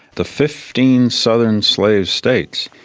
the fifteen southern slave states